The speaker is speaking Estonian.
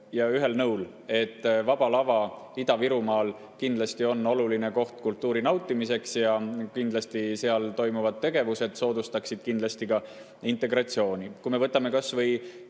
ja ühel nõul, et Vaba Lava Ida-Virumaal on kindlasti oluline koht kultuuri nautimiseks. Ja kindlasti seal toimuvad tegevused soodustavad ka integratsiooni. Võtame kas või